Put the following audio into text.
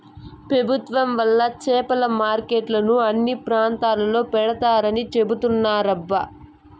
పెభుత్వం వాళ్ళు చేపల మార్కెట్లను అన్ని ప్రాంతాల్లో పెడతారని చెబుతున్నారబ్బా